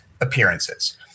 appearances